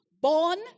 born